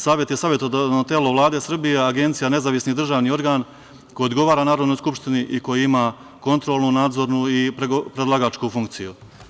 Savet je savetodavno telo Vlade Srbije, a agencija nezavisni državni organ koji odgovara Narodnoj skupštini i koji ima kontrolnu, nadzornu i predlagačku funkciju.